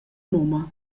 mumma